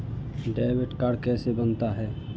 Debit card कैसे बनता है?